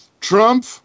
Trump